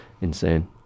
insane